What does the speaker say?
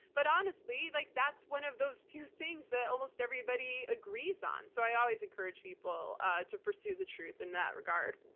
but honestly, like that's one of those few things that almost everybody agrees on. so i always encourage people to pursue the truth in that regard.